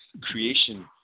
creation